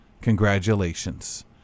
Congratulations